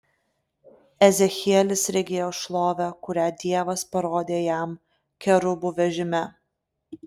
ezechielis regėjo šlovę kurią dievas parodė jam kerubų vežime